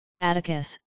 Atticus